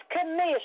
commission